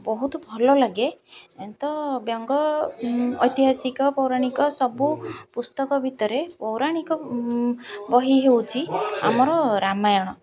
ବହୁତ ଭଲ ଲାଗେ ତ ବ୍ୟଙ୍ଗ ଐତିହାସିକ ପୌରାଣିକ ସବୁ ପୁସ୍ତକ ଭିତରେ ପୌରାଣିକ ବହି ହେଉଛି ଆମର ରାମାୟଣ